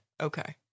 Okay